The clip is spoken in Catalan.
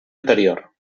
anterior